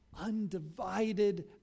undivided